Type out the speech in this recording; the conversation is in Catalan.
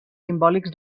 simbòlics